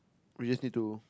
we just need to